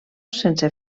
sense